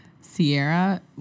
Sierra